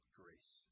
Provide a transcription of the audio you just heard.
grace